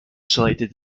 selected